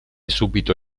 subito